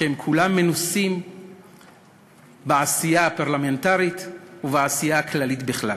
שהם כולם מנוסים בעשייה הפרלמנטרית ובעשייה הכללית בכלל.